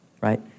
Right